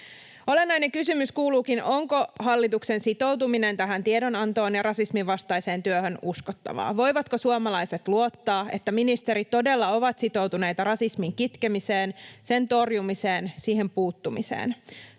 Olennainen kysymys kuuluukin: Onko hallituksen sitoutuminen tähän tiedonantoon ja rasismin vastaiseen työhön uskottavaa? Voivatko suomalaiset luottaa, että ministerit todella ovat sitoutuneita rasismin kitkemiseen, sen torjumiseen, siihen puuttumiseen?